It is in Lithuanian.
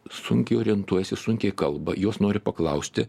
sunkiai orientuojasi sunkiai kalba jos nori paklausti